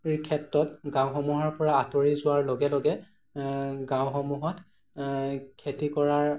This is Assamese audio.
ক্ষেত্ৰত গাঁওসমূহৰ পৰা আঁতৰি যোৱাৰ লগে লগে গাঁওসমূহত খেতি কৰাৰ